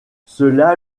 cela